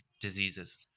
diseases